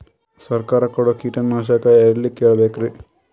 ಸರಕಾರ ಕೊಡೋ ಕೀಟನಾಶಕ ಎಳ್ಳಿ ಕೇಳ ಬೇಕರಿ?